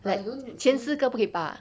like 前四个不可以拔